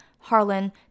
Harlan